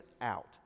out